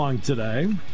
today